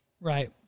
Right